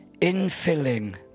Infilling